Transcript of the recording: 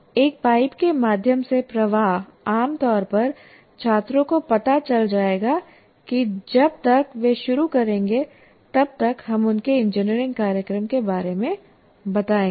एक पाइप के माध्यम से प्रवाह आम तौर पर छात्रों को पता चल जाएगा कि जब तक वे शुरू करेंगे तब तक हम उनके इंजीनियरिंग कार्यक्रम के बारे में बताएंगे